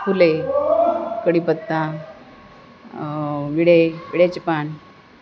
फुले कडीपत्ता विडे विड्याचे पान